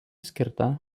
skirta